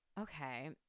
Okay